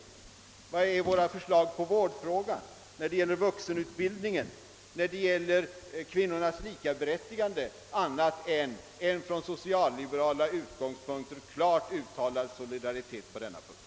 Eller ta t.ex. våra förslag beträffande vårdfrågan, vuxenutbildningen och kvinnornas likaberättigande — vad är de annat än en från socialliberala utgångspunkter klart uttalad solidaritet på dessa punkter?